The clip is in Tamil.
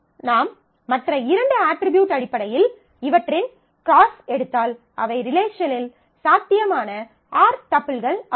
நாம் மற்ற 2 அட்ரிபியூட் அடிப்படையில் இவற்றின் க்ராஸ் எடுத்தால் அவை ரிலேஷனில் சாத்தியமான R டப்பிள்கள் ஆகும்